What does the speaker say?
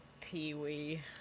Pee-wee